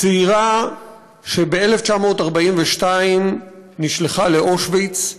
צעירה שב-1942 נשלחה לאושוויץ,